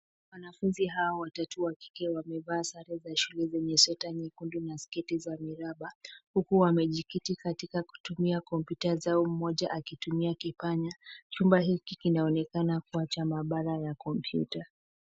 Wanafunzi hawa watatu wamevaa sare za shule zenye sweta nyekundu na sketi za miraba huku wamejikita katika kutumia kompyuta zao mmoja akitumia kipanya. Chumba hiki kinaonekana kuwa cha maabara ya kompyuta.